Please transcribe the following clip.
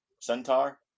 Centaur